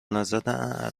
نزدن